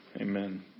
Amen